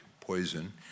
poison